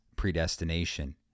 Predestination